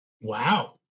Wow